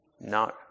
No